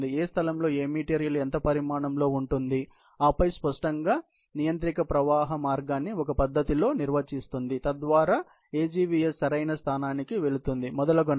ఏ స్థలంలో ఏ మెటీరియల్ ఎంత పరిమాణంలో ఉంటుంది ఆపై స్పష్టంగా నియంత్రిక ప్రవాహ మార్గాన్ని ఒక పద్ధతిలో నిర్వచిస్తుంది తద్వారా AGVS సరైన స్థానానికి వెళుతుంది మొదలగునవి